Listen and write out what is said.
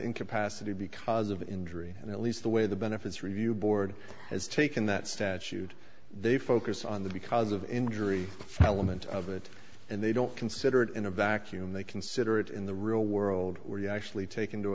incapacity because of injury and at least the way the benefits review board has taken that statute they focus on that because of injury element of it and they don't consider it in a vacuum they consider it in the real world where you actually take into